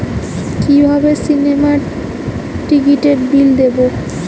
কিভাবে সিনেমার টিকিটের বিল দেবো?